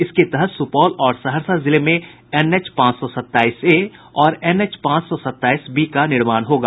इसके तहत सुपौल और सहरसा जिले में एनएच पांच सौ सत्ताईस ए और एनएच पांच सौ सत्ताईस बी का निर्माण होगा